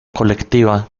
colectiva